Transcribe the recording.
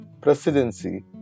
Presidency